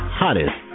hottest